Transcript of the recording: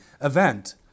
event